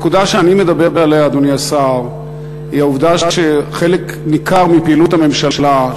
הנקודה שאני מדבר עליה היא העובדה שחלק ניכר מפעילות הממשלה,